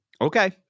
Okay